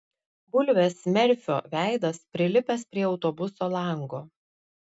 bulvės merfio veidas prilipęs prie autobuso lango